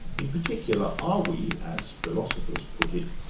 in particular, are we, as philosophers put it,